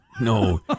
No